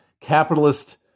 capitalist